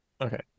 Okay